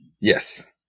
Yes